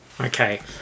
Okay